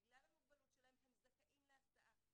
בגלל המוגבלות שלהם הם זכאים להסעה.